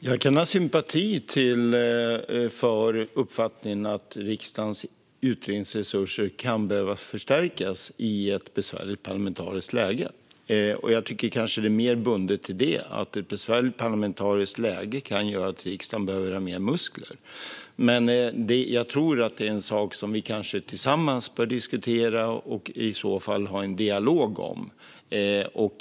Herr talman! Jag kan ha sympati för uppfattningen att riksdagens utredningsresurser kan behöva förstärkas i ett besvärligt parlamentariskt läge. Det är kanske mer bundet till det - ett besvärligt parlamentariskt läge kan göra att riksdagen behöver ha mer muskler. Men jag tror att det är en sak som vi bör diskutera tillsammans och i så fall ha en dialog om.